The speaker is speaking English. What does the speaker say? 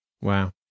Wow